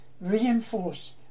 reinforce